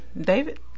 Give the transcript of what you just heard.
David